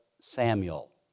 Samuel